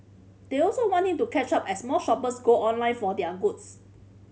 they also want him to catch up as more shoppers go online for their goods